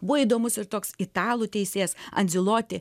buvo įdomus ir toks italų teisėjas andziloti